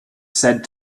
said